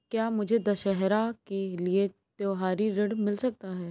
क्या मुझे दशहरा के लिए त्योहारी ऋण मिल सकता है?